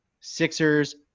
Sixers